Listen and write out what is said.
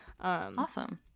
Awesome